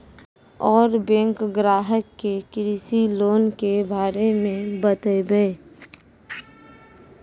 और बैंक ग्राहक के कृषि लोन के बारे मे बातेबे?